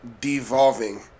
devolving